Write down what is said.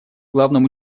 главным